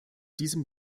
diesem